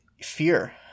fear